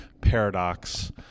paradox